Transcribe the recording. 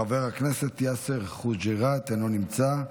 חבר הכנסת יאסר חוג'יראת, אינו נמצא.